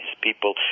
people